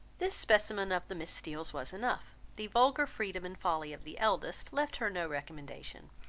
this specimen of the miss steeles was enough. the vulgar freedom and folly of the eldest left her no recommendation,